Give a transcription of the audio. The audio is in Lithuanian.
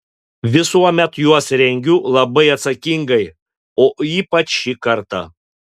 visuomet juos rengiu labai atsakingai o ypač šį kartą